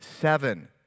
Seven